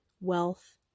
wealth